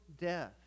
death